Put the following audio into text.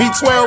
V12